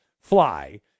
fly